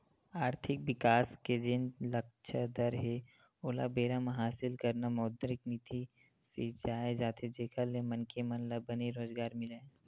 आरथिक बिकास के जेन लक्छ दर हे ओला बेरा म हासिल करना मौद्रिक नीति सिरजाये जाथे जेखर ले मनखे मन ल बने रोजगार मिलय